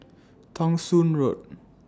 Thong Soon Road